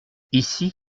ici